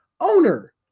owner